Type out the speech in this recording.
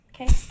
Okay